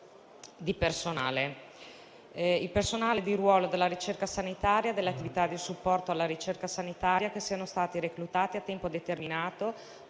il personale del ruolo della ricerca sanitaria, delle attività di supporto alla ricerca sanitaria che siano stati reclutati a tempo determinato